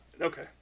Okay